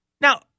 Now